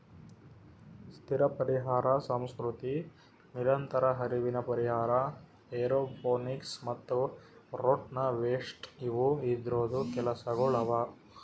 ಸ್ಥಿರ ಪರಿಹಾರ ಸಂಸ್ಕೃತಿ, ನಿರಂತರ ಹರಿವಿನ ಪರಿಹಾರ, ಏರೋಪೋನಿಕ್ಸ್ ಮತ್ತ ರನ್ ಟು ವೇಸ್ಟ್ ಇವು ಇದೂರ್ದು ಕೆಲಸಗೊಳ್ ಅವಾ